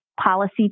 policy